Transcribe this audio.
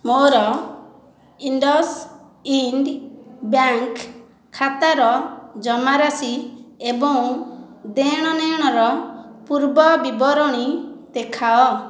ମୋ'ର IndusInd bank ଖାତାର ଜମାରାଶି ଏବଂ ଦେଣନେଣର ପୂର୍ବବିବରଣୀ ଦେଖାଅ